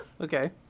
Okay